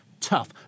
tough